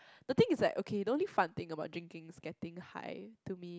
the thing is like okay the only fun thing about drinking is getting high to me